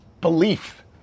belief